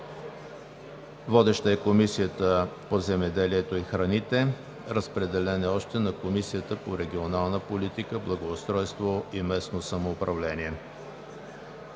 Водеща е Комисията по земеделието и храните. Разпределен е на Комисията по регионална политика, благоустройство и местно самоуправление.